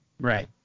Right